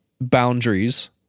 boundaries